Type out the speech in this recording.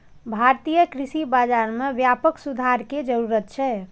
भारतीय कृषि बाजार मे व्यापक सुधार के जरूरत छै